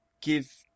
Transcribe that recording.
give